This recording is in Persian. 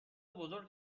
بزرگ